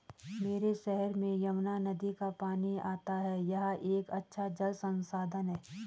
मेरे शहर में यमुना नदी का पानी आता है यह एक अच्छा जल संसाधन है